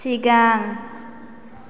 सिगां